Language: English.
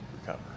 recover